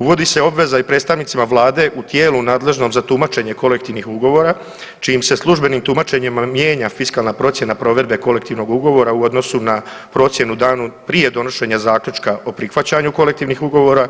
Uvodi se obveza i predstavnicima Vlade u tijelu nadležnom za tumačenje kolektivnih ugovora, čime se službenim tumačenjem mijenja fiskalna procjena provedbe kolektivnih ugovora u odnosu na procjenu danu prije donošenja zaključka o prihvaćanju kolektivnih ugovora,